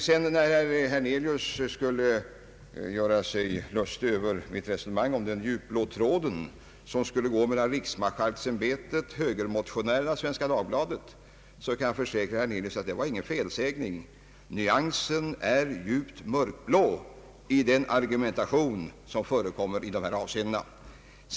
Herr Hernelius gjorde sig lustig över mitt resonemang om den djupblå tråd som skulle gå mellan riksmarskalksäm betet, högermotionärerna och Svenska Dagbladet, men jag kan försäkra herr Hernelius att det var ingen felsägning. Nyansen är djupt mörkblå i den argumentation som förekommer från de moderata.